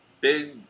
big